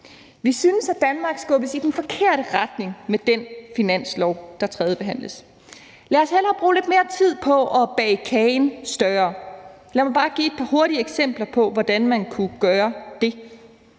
Vi synes, at Danmark skubbes i den forkerte retning med det finanslovsforslag, der tredjebehandles nu. Lad os hellere bruge lidt mere tid på at bage kagen større. Lad mig bare give et par hurtige eksempler på, hvordan man kunne gøre det.